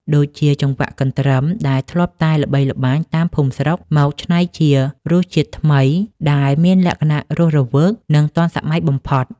ដូចជាចង្វាក់កន្ទ្រឹមដែលធ្លាប់តែល្បីល្បាញតាមភូមិស្រុក មកច្នៃជារសជាតិថ្មីដែលមានលក្ខណៈរស់រវើក និងទាន់សម័យបំផុត។